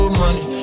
money